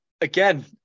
Again